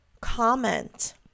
comment